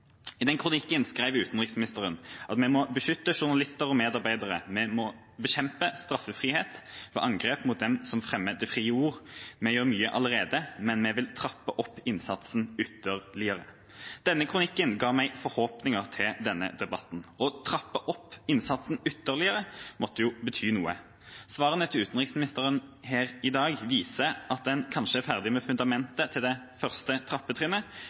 I den kronikken skrev utenriksministeren at vi må beskytte journalister og medarbeidere, vi må bekjempe straffefrihet og angrep mot dem som fremmer det frie ord. Vi gjør mye allerede, men vi vil trappe opp innsatsen ytterligere. Denne kronikken ga meg forhåpninger til denne debatten. Å trappe opp innsatsen ytterligere måtte jo bety noe. Svarene til utenriksministeren her i dag viser at en kanskje er ferdig med fundamentet til det første trappetrinnet,